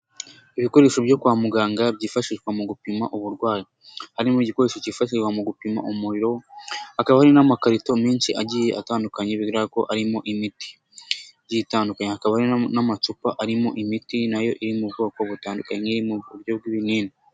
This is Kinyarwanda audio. Ibikoresho byo kwa muganga byifashishwa mu gupima uburwayi, harimo igikoresho kifatirwa mu gupima umuriro, hakaba n'amakarito menshi agiye atandukanye bigaragara ko arimo imiti igiye itandukanye, hakaba n'amacupa arimo imiti na yo iri mu bwoko butandukanye, iri mu buryo bw'ibinini.